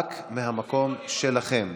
רק מהמקום שלכם.